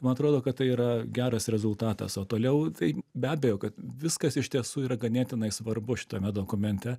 man atrodo kad tai yra geras rezultatas o toliau tai be abejo kad viskas iš tiesų yra ganėtinai svarbu šitame dokumente